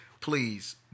Please